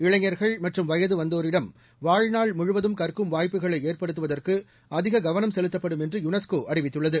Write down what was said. இளைஞர்கள் மற்றும் வயது வந்தோரிடம் வாழ்நாள் முழுவதும் கற்கும் வாயப்புகளை ஏற்படுத்துவதற்கு அதிக கவனம் செலுத்தப்படும் என்று யுனெஸ்கோ அறிவித்துள்ளது